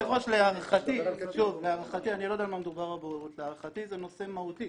אדוני היושב-ראש, להערכתי זה נושא מהותי